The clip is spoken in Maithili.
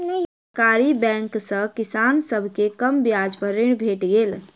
सरकारी बैंक सॅ किसान सभ के कम ब्याज पर ऋण भेट गेलै